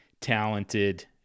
talented